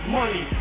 money